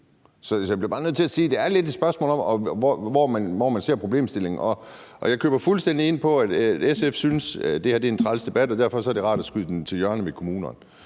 Så jeg bliver bare nødt til at sige, at det er lidt et spørgsmål om, hvordan man ser problemstillingen. Jeg køber fuldstændig ind på, at SF synes, at det her er en træls debat og det derfor er rart at skyde den til hjørne med kommunerne.